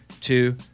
two